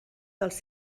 dels